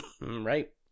Right